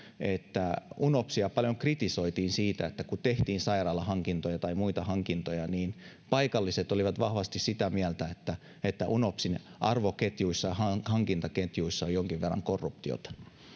että unopsia paljon kritisoitiin siitä että kun tehtiin sairaalahankintoja tai muita hankintoja niin paikalliset olivat vahvasti sitä mieltä että että unopsin arvoketjuissa ja hankintaketjuissa on jonkin verran korruptiota